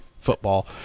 football